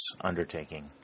undertaking